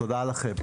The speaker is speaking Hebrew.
תודה לכם.